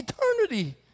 eternity